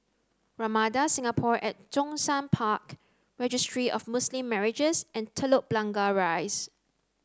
Ramada Singapore at Zhongshan Park Registry of Muslim Marriages and Telok Blangah Rise